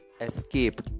escape